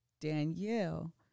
Danielle